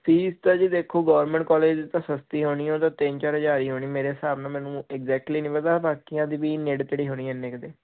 fees ਤਾਂ ਜੀ ਦੇਖੋ ਗੌਰਮੈਂਟ ਕਾਲਜ ਤਾਂ ਸਸਤੀ ਹੋਣੀ ਉਹ ਤਾਂ ਤਿੰਨ ਚਾਰ ਹਜ਼ਾਰ ਹੀ ਹੋਣੀ ਮੇਰੇ ਹਿਸਾਬ ਨਾਲ ਮੈਨੂੰ ਐਗਜੈਕਟਲੀ ਨਹੀਂ ਪਤਾ ਬਾਕੀਆਂ ਦੀ ਵੀ ਨੇੜੇ ਤੇੜੇ ਹੋਣੀ ਇਨੇ ਕਦੇ